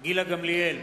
גילה גמליאל,